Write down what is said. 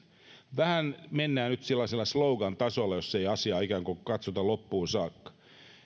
vähän mennään nyt sellaisella slogantasolla jossa ei asiaa katsota loppuun saakka